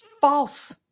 false